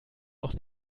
noch